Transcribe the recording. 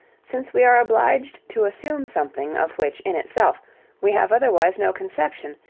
since we are obliged to assume something of which in itself we have otherwise no conception,